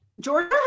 Georgia